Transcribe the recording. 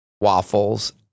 waffles